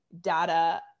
data